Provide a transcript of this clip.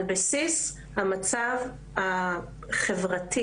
על בסיס המצב החברתי